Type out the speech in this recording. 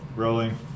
Rolling